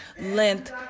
length